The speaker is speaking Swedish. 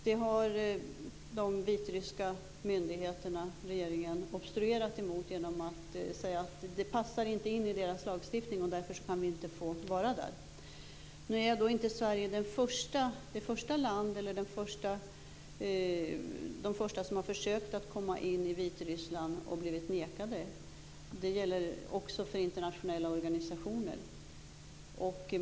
Detta har den vitryska regeringen obstruerat emot genom att säga att ett sådant inte passar in i Vitrysslands lagstiftning. Därför kan vi inte få ha någon representation där. Sverige är inte det första land som har försökt att komma in i Vitryssland och blivit nekat. Det gäller också för internationella organisationer.